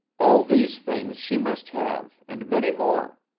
all these things she must have, and many more.